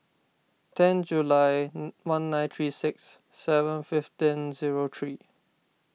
ten July one nine three six seven fifteen zero three